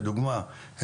לדוגמה,